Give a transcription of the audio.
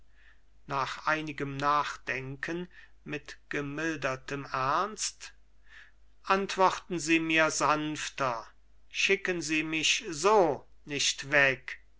nach einigem nachdenken mit gemildertem ernst antworten sie mir sanfter schicken sie mich so nicht weg